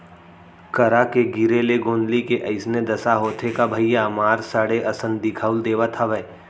करा के गिरे ले गोंदली के अइसने दसा होथे का भइया मार सड़े असन दिखउल देवत हवय